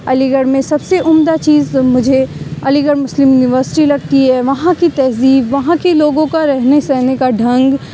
علی گڑھ میں سب سے عمدہ چیز مجھے علی گڑھ مسلم یونیوسٹی لگتی ہے وہاں کی تہذیب وہاں کے لوگوں کا رہنے سہنے کا ڈھنگ